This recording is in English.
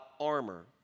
armor